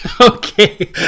okay